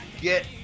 get